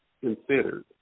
considered